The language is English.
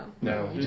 No